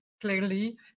clearly